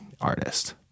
artist